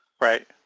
Right